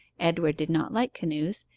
edward did not like canoes,